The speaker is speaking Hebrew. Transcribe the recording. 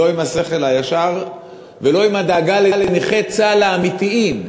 לא עם השכל הישר ולא עם הדאגה לנכי צה"ל האמיתיים,